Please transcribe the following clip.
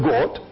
God